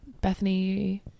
Bethany